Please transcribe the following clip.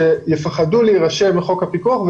שיפחדו להירשם לחוק הפיקוח.